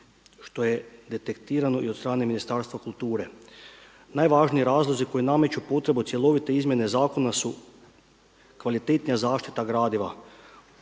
što je detektirano i od strane Ministarstva kulture. Najvažniji razlozi koji nameću potrebu cjelovite izrade zakona su kvalitetnija zaštita gradiva